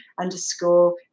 underscore